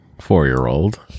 four-year-old